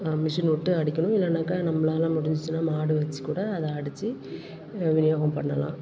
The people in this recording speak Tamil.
மிஷின் விட்டு அடிக்கணும் இல்லைன்னாக்கா நம்மளால முடிஞ்சிச்சினா மாடு வச்சி கூட அதை அடித்து விநியோகம் பண்ணலாம்